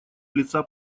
лица